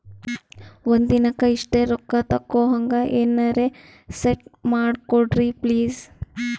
ಒಂದಿನಕ್ಕ ಇಷ್ಟೇ ರೊಕ್ಕ ತಕ್ಕೊಹಂಗ ಎನೆರೆ ಸೆಟ್ ಮಾಡಕೋಡ್ರಿ ಪ್ಲೀಜ್?